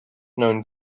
known